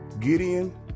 Gideon